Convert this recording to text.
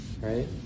right